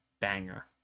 banger